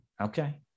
okay